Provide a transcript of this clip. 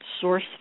source